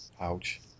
Ouch